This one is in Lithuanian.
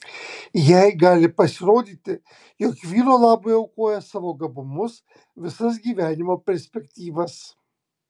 jai gali pasirodyti jog vyro labui aukoja savo gabumus visas gyvenimo perspektyvas